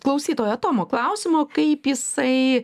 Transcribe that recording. klausytojo tomo klausimo kaip jisai